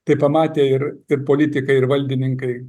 tai pamatė ir ir politikai ir valdininkai